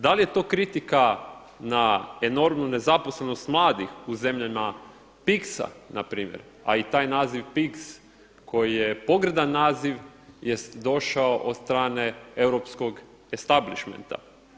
Da li je to kritika na enormnu nezaposlenost mladih u zemljama PIGS-a npr. a i taj naziv PIGS koji je pogrdan naziv je došao od strane europskog establishmenta?